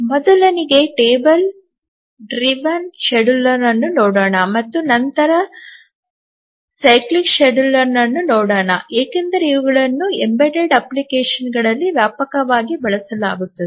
ಮೊದಲಿಗೆ ಟೇಬಲ್ ಚಾಲಿತ ವೇಳಾಪಟ್ಟಿಯನ್ನು ನೋಡೋಣ ಮತ್ತು ನಂತರ ಚಕ್ರದ ವೇಳಾಪಟ್ಟಿಯನ್ನು ನೋಡೋಣ ಏಕೆಂದರೆ ಇವುಗಳನ್ನು ಎಂಬೆಡೆಡ್ ಅಪ್ಲಿಕೇಶನ್ಗಳಲ್ಲಿ ವ್ಯಾಪಕವಾಗಿ ಬಳಸಲಾಗುತ್ತದೆ